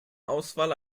auswahl